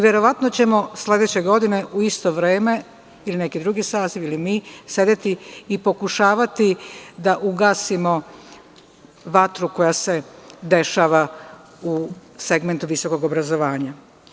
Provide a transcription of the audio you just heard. Verovatno ćemo sledeće godine u isto vreme, ili neki drugi saziv ili mi, sedeti i pokušavati da ugasimo vatru koja se dešava u segmentu visokog obrazovanja.